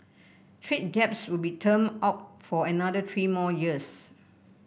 trade debts will be termed out for another three more years